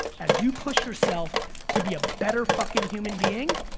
as you push yourself to be a better fucking human being,